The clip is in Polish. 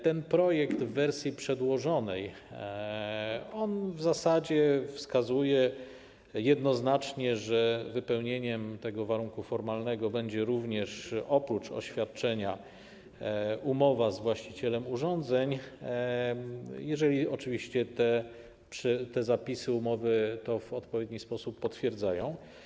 Ten projekt w przedłożonej wersji w zasadzie wskazuje jednoznacznie, że spełnieniem tego warunku formalnego będzie również oprócz oświadczenia umowa z właścicielem urządzeń, jeżeli oczywiście te zapisy umowy to w odpowiedni sposób potwierdzają.